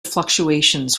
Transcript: fluctuations